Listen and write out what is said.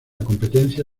competencia